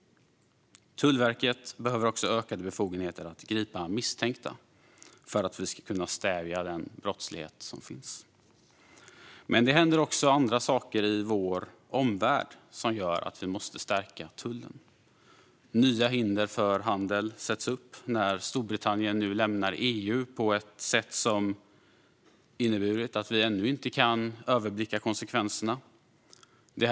Tullverket behöver också ökade befogenheter att gripa misstänkta för att vi ska kunna stävja den brottslighet som finns. Men det händer även andra saker i vår omvärld som gör att vi måste stärka tullen. Nya hinder för handel sätts upp när Storbritannien nu lämnar EU på ett sätt som vi ännu inte kan överblicka konsekvenserna av.